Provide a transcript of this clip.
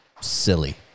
silly